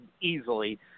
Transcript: easily